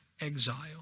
Exile